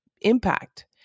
impact